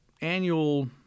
annual